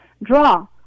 draw